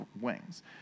wings